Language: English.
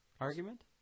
Argument